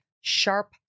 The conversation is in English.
sharp